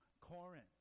Corinth